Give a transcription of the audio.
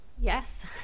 yes